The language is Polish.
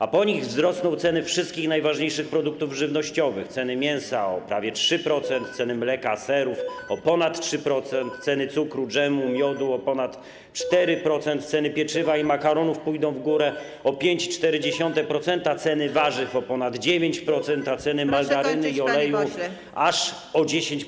A po nich wzrosną ceny wszystkich najważniejszych produktów żywnościowych: ceny mięsa o prawie 3%, ceny mleka, serów o ponad 3%, ceny cukru, dżemu, miodu o ponad 4%, ceny pieczywa i makaronów pójdą w górę o 5,4%, ceny warzyw o ponad 9%, a ceny margaryny i oleju aż o 10%.